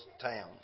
towns